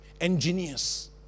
engineers